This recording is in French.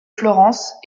florence